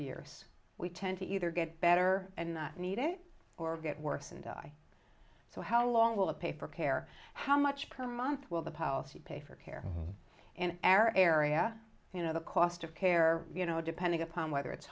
years we tend to either get better and need it or get worse and die so how long will a paper care how much per month will the policy pay for care in air area you know the cost of care you know depending upon whether it's